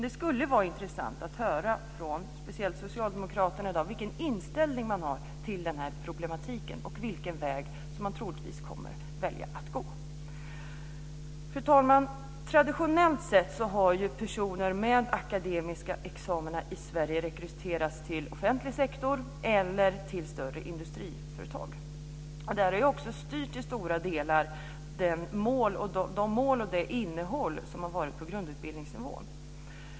Det skulle dock vara intressant att i dag få höra, speciellt från socialdemokraterna, vilken inställning man har till den här problematiken och vilken väg som man troligtvis kommer att välja. Fru talman! Traditionellt har personer med akademiska examina i Sverige rekryterats till offentlig sektor eller till större industriföretag. Detta har också till stora delar styrt mål och innehåll på grundutbildningsnivån.